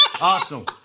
Arsenal